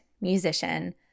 musician